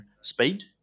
Speed